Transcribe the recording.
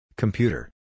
computer